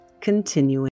continuing